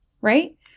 right